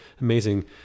amazing